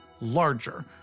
larger